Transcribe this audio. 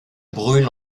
brûle